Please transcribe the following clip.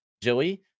Joey